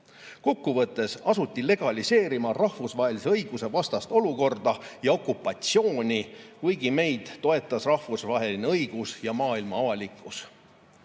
Kokkuvõttes asuti legaliseerima rahvusvahelise õiguse vastast olukorda ja okupatsiooni, kuigi meid toetas rahvusvaheline õigus ja maailma avalikkus.